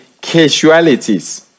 casualties